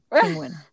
Penguin